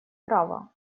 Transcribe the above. права